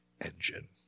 engine